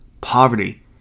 poverty